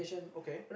okay